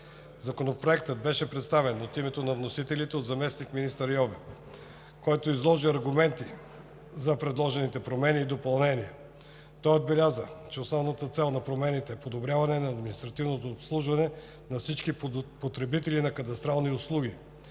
Законопроектът беше представен от заместник-министър Йовев, който изложи аргументите за предложените промени и допълнения. Той отбеляза, че основната цел на промените е подобряване на административното обслужване на всички потребители на кадастрални услуги,